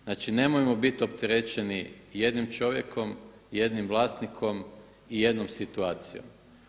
Znači, nemojmo bit opterećeni jednim čovjekom, jednim vlasnikom i jednom situacijom.